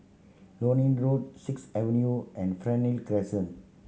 Lornie Road Sixth Avenue and Fernhill Crescent